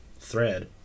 thread